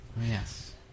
yes